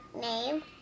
name